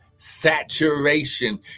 saturation